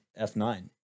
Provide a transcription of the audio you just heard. F9